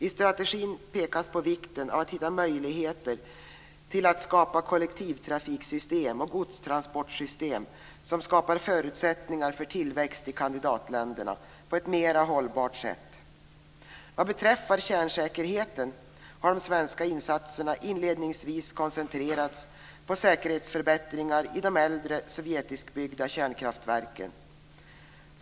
I strategin pekas på vikten av att hitta möjligheter att skapa kollektivtrafiksystem och godstransportsystem som ger förutsättningar för tillväxt i kandidatländerna på ett mera hållbart sätt. Vad beträffar kärnsäkerheten har de svenska insatserna inledningsvis koncentrerats på säkerhetsförbättringar i de äldre sovjetiskbyggda kärnkraftverken.